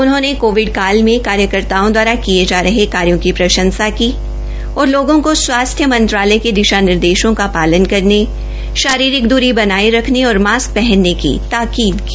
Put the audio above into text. उनहोंने कोविड काल मे कार्यकर्ताओं दवारा किये जा रहे कार्यो की प्रंशसा की और लोगों को स्वास्थ्रू मंत्रालय के दिशा निर्देशों का पालन करने शारीरिक दूरी बनोय रखने और मास्क पहनने की ताकीद की